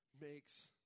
makes